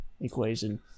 equation